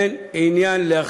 מיליון שקל, אין עניין להחזיק